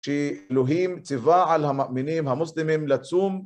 שאלוהים ציווה על המאמינים המוסלמים לצום